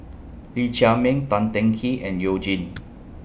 Lee Chiaw Meng Tan Teng Kee and YOU Jin